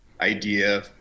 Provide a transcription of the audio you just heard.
idea